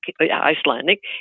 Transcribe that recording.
Icelandic